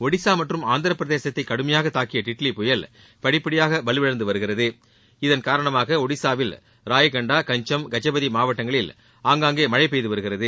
ஒடிசா மற்றும் ஆந்திரபிரதேசத்தை கடுமையாக தாக்கிய டிட்லி புயல் படிப்படியாக வலுவிழந்து வருகிறது இதன் காரணமாக ஒடிசாவில் ராயகண்டா கஞ்சம் கஜபதி மாவட்டங்களில் அங்காங்கே மழை பெய்துவருகிறது